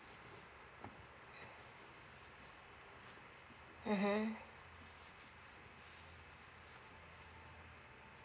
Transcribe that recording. mmhmm